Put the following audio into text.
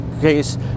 case